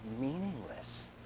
meaningless